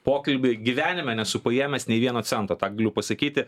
pokalbį gyvenime nesu paėmęs nei vieno cento tą galiu pasakyti